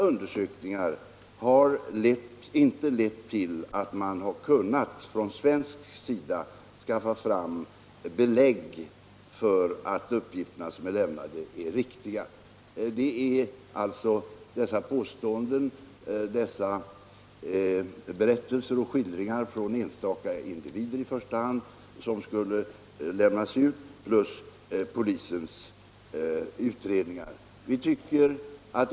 Undersökningarna har inte lett till att man har kunnat från svensk sida skaffa fram belägg för att de uppgifter som lämnats är riktiga. Det är alltså dessa påståenden, berättelser och skildringar, i första hand från enstaka individer, som skulle lämnas ut plus polisens utredningar.